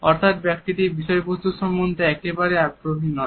অথবা ব্যক্তিটি বিষয়বস্তু সম্বন্ধে একেবারেই আগ্রহী নয়